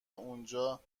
اونجا